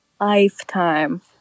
Lifetime